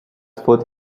food